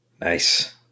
Nice